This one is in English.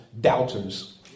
doubters